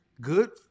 good